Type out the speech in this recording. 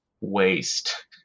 waste